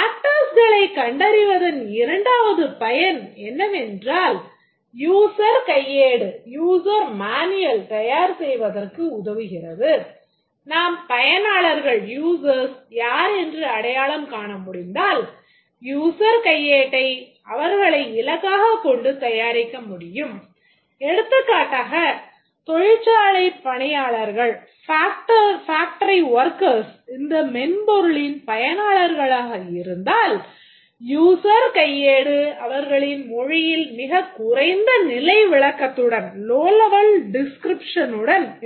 Actorsகளைக் கண்டறிவதன் இரண்டாவது பயன் என்னவென்றால் user கையேடு